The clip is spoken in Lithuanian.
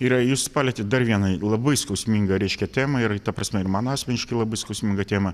yra jūs palietėt dar vieną labai skausmingą reiškia temą ir ta prasme ir man asmeniškai labai skausmingą temą